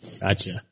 Gotcha